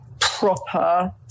proper